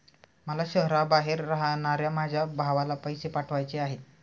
मला शहराबाहेर राहणाऱ्या माझ्या भावाला पैसे पाठवायचे आहेत